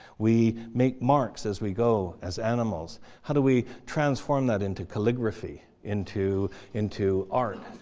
we make marks as we go as animals. how do we transform that into calligraphy, into into art?